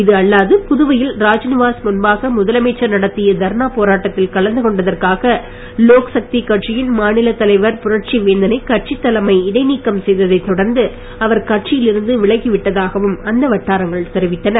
இது அல்லாது புதுவையில் ராஜ்நிவாஸ் முன்பாக முதலமைச்சர் நடத்திய தர்ணா போராட்டத்தில் கலந்து கொண்டதற்காக லோக்சக்தி கட்சியின் மாநிலத் தலைவர் புரட்சிவேந்த னை கட்சித் தலைமை இடைநீக்கம் செய்ததைத் தொடர்ந்து அவர் கட்சியில் இருந்து விலகிவிட்டதாகவும் அந்த வட்டாரங்கள் தெரிவித்தன